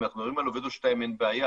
אם אנחנו מדברים על עובד או שניים אין בעיה.